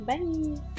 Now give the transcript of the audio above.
Bye